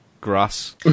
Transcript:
grass